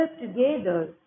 together